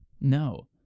No